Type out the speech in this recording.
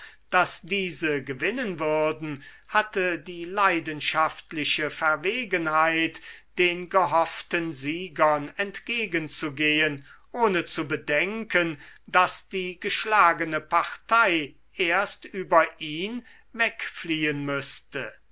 daß diese gewinnen würden hatte die leidenschaftliche verwegenheit den gehofften siegern entgegen zu gehen ohne zu bedenken daß die geschlagene partei erst über ihn wegfliehen müßte